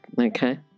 Okay